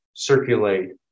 circulate